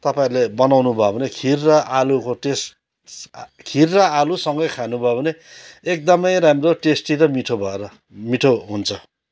तपाईँहरूले बनाउनुभयो भने खिर र आलुको टेस्ट खिर र आलुसँगै खानुभयो भने एकदमै राम्रो टेस्टी र मिठो भएर मिठो हुन्छ